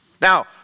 Now